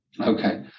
Okay